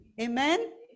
amen